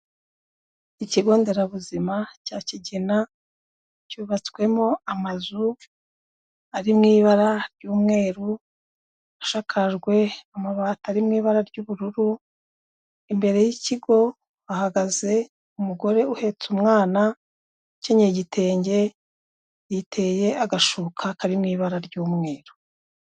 Ikigo nderabuzima cya kigina cyubatswemo amazu ari mu ibara ry'umweru ashakajwe amabati ari mu ibara ry'ubururu, imbere y'ikigo hahagaze umugore uhetse umwana ukenyeye igitenge, yiteye agashuka kari mu ibara ry'umweru.